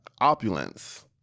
opulence